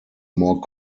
more